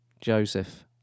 Joseph